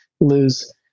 lose